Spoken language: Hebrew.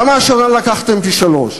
למה השנה לקחת פי-שלושה?